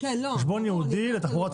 זה חשבון ייעודי לתחבורה ציבורית.